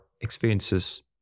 experiences